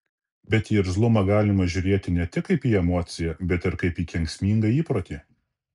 bet į irzlumą galima žiūrėti ne tik kaip į emociją bet ir kaip į kenksmingą įprotį